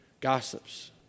gossips